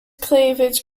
cleavage